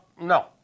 No